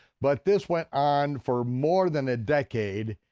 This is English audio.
but this went on for more than a decade,